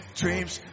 dreams